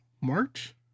March